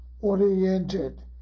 oriented